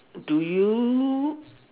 do you